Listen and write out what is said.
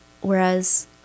whereas